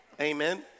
Amen